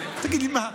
תגיד לי, מה?